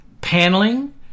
paneling